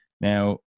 Now